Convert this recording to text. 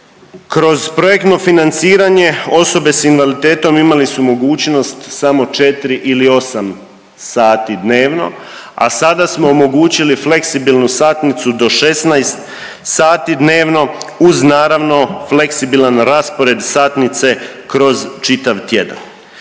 Kroz projektno financiranje osobe sa invaliditetom imali su mogućnost samo 4 ili 8 sati dnevno, a sada smo omogućili fleksibilnu satnicu do 16 sati dnevno uz naravno fleksibilan raspored satnice kroz čitav tjedan.